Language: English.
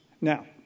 Now